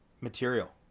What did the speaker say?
material